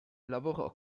lavorò